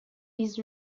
his